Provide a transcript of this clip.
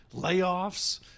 layoffs